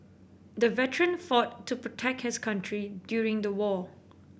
the veteran fought to protect his country during the war